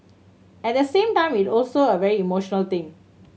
at the same time it also a very emotional thing